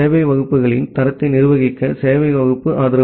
சேவை வகுப்புகளின் தரத்தை நிர்வகிக்க சேவை வகுப்பு ஆதரவு